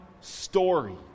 story